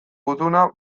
gutuna